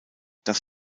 das